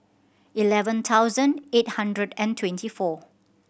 eleven thousand eight hundred and twenty four